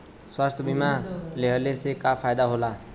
स्वास्थ्य बीमा लेहले से का फायदा होला?